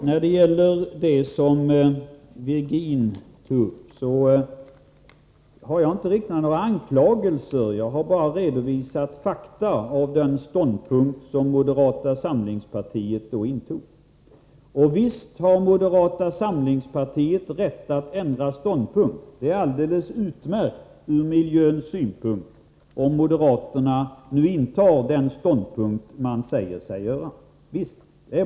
Herr talman! Jag har inte riktat några anklagelser, Ivar Virgin. Jag har bara redovisat fakta i fråga om den ståndpunkt som moderata samlingspartiet intog. Visst har moderaterna rätt att ändra sig, och det är alldeles utmärkt med tanke på miljön om moderaterna nu intar den ståndpunkt de säger sig göra.